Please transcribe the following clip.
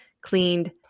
cleaned